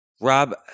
Rob